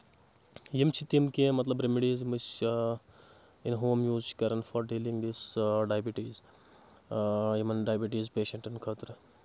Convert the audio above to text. یِم چھِ تِم کینٛہہ مطلب ریمِڈیٖز یِم أسۍ اِن ہوم یوٗز چھِ کَرَان فار ڈیلِنٛگ یُس ڈایبٹیٖز یِمَن ڈایبٹیٖز پیشَنٹَن خٲطرٕ